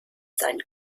sein